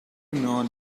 know